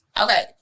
Okay